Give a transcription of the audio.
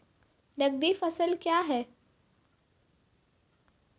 नगदी फसल क्या हैं?